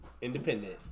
Independent